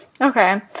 Okay